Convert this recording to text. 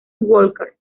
walker